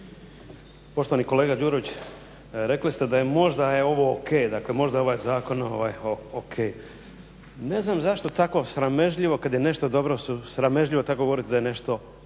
Poštovani kolega Đurović rekli ste da možda je ovo ok, dakle možda je ovaj zakon ok. Ne znam zašto tako sramežljivo kad je nešto dobro, sramežljivo tako govorite da je nešto